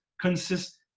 consists